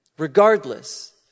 Regardless